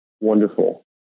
wonderful